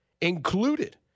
included